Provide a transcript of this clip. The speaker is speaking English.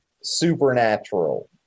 supernatural